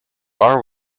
are